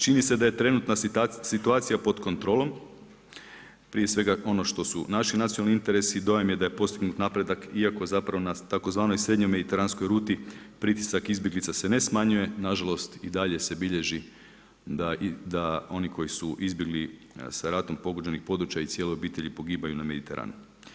Čini se da je trenutna situacija pod kontrolom, prije svega ono što su naši nacionalni interesi, dojam je da je postignut napredak, iako zapravo, na tzv. srednjoj mediteranskoj ruti pritisak izbjeglica se ne smanjujem, nažalost i dalje se bilježi da oni koji su izbjegli sa ratom pogođenih područja i cijeloj obitelji pogibaju na Mediteranu.